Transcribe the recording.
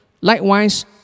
likewise